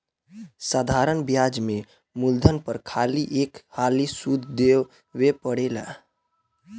साधारण ब्याज में मूलधन पर खाली एक हाली सुध देवे परेला